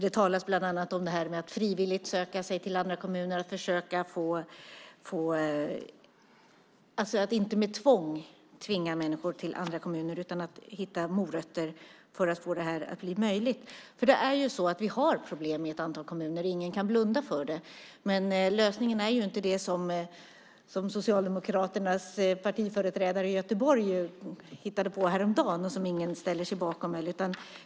Det talas bland annat om att frivilligt söka sig till andra kommuner, att människor inte ska tvingas till andra kommuner utan i stället hitta morötter. Det finns problem i ett antal kommuner. Ingen kan blunda för det. Men lösningen är inte det som Socialdemokraternas partiföreträdare i Göteborg hittade på häromdagen och som ingen ställer sig bakom.